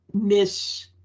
miss